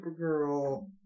Supergirl